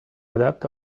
adapt